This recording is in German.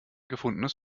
gefundenes